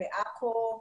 בעכו,